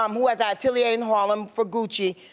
um who has ah itliate in harlem for gucci,